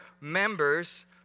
members